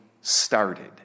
started